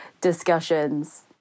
discussions